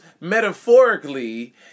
metaphorically